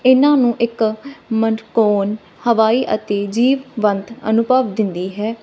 ਇਹਨਾਂ ਨੂੰ ਇੱਕ ਮਨਕੋਨ ਹਵਾਈ ਅਤੇ ਜੀਵ ਬੰਦ ਅਨੁਭਵ ਦਿੰਦੀ ਹੈ